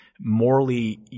morally